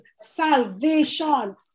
salvation